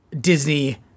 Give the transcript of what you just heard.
disney